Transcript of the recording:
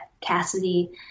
Cassidy